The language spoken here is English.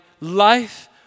life